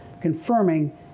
confirming